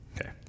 Okay